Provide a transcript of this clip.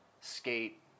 skate